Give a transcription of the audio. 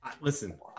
listen